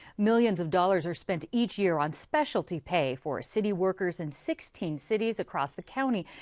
millions of dollars are spent each year on specialty pay for city workers in sixteen cities across the county,